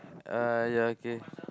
uh ya okay